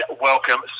welcome